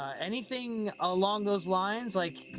anything along those lines? like,